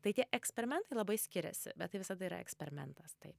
tai tie eksperimentai labai skiriasi bet tai visada yra eksperimentas taip